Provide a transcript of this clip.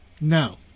No